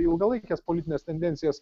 ilgalaikes politines tendencijas